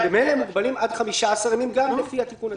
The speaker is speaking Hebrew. במלא מוגבלים עד 15 ימים גם לפי התיקון הזה.